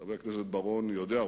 חבר הכנסת בר-און יודע,